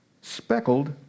speckled